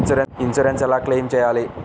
Insurance ఎలా claim చేయాలి?